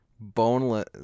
boneless